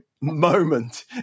moment